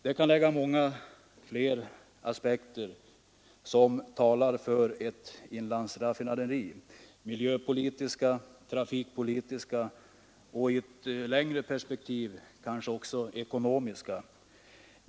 Det kan anläggas många fler aspekter som talar för ett inlandsraffinaderi — miljöpolitiska, trafikpolitiska och i ett längre perspektiv kanske också ekonomiska.